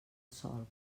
solc